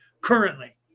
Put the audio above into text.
currently